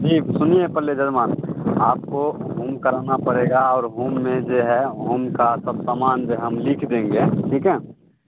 जी सुनिए पहले यजमान आपको होम कराना पड़ेगा और होम में जे है होम का सब सामान जो है हम लिख देंगे ठीक है